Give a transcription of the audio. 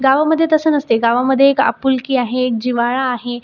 गावामध्ये तसं नसते गावामध्ये एक आपुलकी आहे एक जिव्हाळा आहे